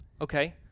Okay